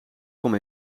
kom